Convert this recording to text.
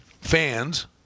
Fans